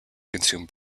consume